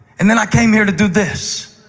and then i came here to do this.